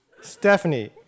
Stephanie